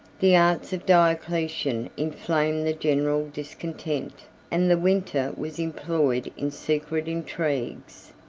the arts of diocletian inflamed the general discontent and the winter was employed in secret intrigues,